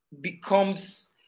becomes